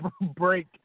break